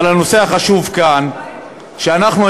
אבל הנושא החשוב כאן הוא שאנחנו,